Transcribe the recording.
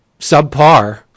subpar